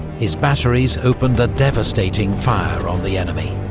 his batteries opened a devastating fire on the enemy.